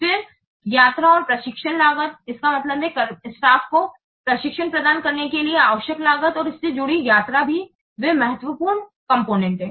फिर यात्रा और प्रशिक्षण लागत इसका मतलब है कर्मचारियों को प्रशिक्षण प्रदान करने के लिए आवश्यक लागत और इससे जुड़ी यात्रा भी वे महत्वपूर्ण कॉम्पोनेन्ट हैं